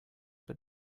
but